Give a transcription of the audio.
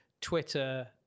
Twitter